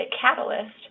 catalyst